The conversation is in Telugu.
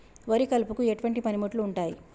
వరి కలుపుకు ఎటువంటి పనిముట్లు ఉంటాయి?